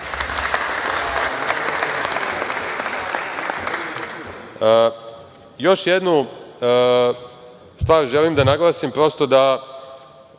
jednu stvar želim da naglasim, prosto da